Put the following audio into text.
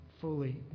fully